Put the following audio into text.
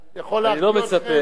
יכול לעדכן אתכם,